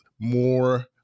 more